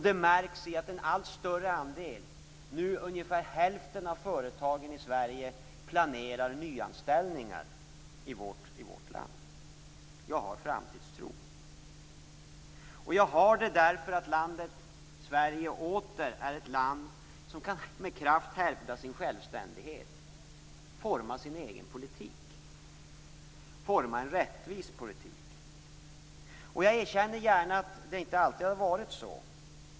Det märks också på att en allt större andel - ungefär hälften av företagen i Sverige - planerar nyanställningar. Jag har framtidstro, och det har jag därför att Sverige åter är ett land som med kraft kan hävda sin självständighet och forma sin egen politik, en rättvis politik. Jag erkänner gärna att det inte alltid har varit så.